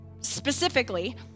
specifically